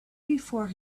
before